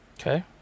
okay